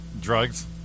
Drugs